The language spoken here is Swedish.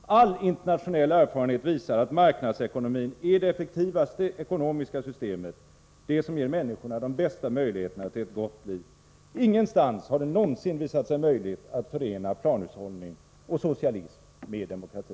All internationell erfarenhet visar emellertid att marknadsekonomin är det effektivaste ekonomiska systemet, det som ger människorna de bästa möjligheterna till ett gott liv. Ingenstans har det någonsin visat sig möjligt att förena planhushållning och socialism med demokrati.